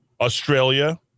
Australia